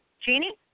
Jeannie